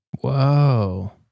Whoa